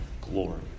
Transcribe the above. glory